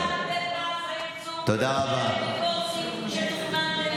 אתה פשוט תקלה בפס הייצור, תודה רבה.